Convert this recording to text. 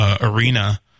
arena